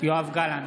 יואב גלנט,